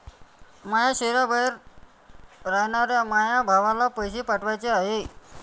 माया शैहराबाहेर रायनाऱ्या माया भावाला पैसे पाठवाचे हाय